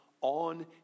on